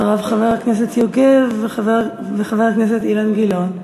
אחריו, חבר הכנסת יוגב וחבר הכנסת אילן גילאון.